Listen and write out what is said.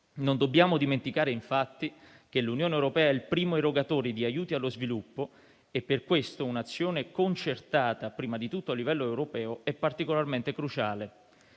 Non dobbiamo dimenticare, infatti, che l'Unione europea è il primo erogatore di aiuti allo sviluppo e, per questo, un'azione concertata anzitutto a livello europeo è particolarmente cruciale.